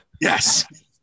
yes